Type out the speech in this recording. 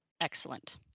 Excellent